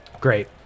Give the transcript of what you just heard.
Great